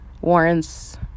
warrants